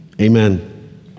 amen